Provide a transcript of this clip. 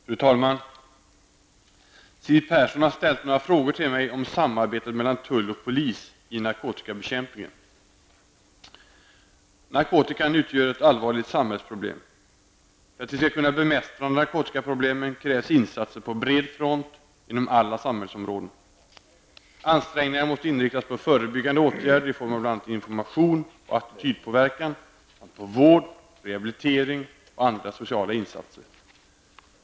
Fru talman! Siw Persson har ställt några frågor till mig om samarbetet mellan tull och polis i narkotikabekämpningen. Narkotikan utgör ett allvarligt samhällsproblem. För att vi skall kunna bemästra narkotikaproblemen krävs insatser på bred front inom alla samhällsområden. Ansträngningarna måste inriktas på förebyggande åtgärder i form av bl.a. information och attitydpåverkan samt på vård, rehabilitering och andra sociala insatser.